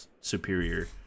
superior